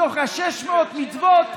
מתוך 600 המצוות,